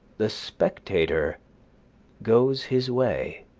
the spectator goes his way.